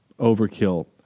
overkill